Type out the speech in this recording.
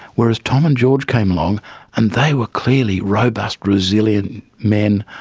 whereas tom and george came along and they were clearly robust, resilient men,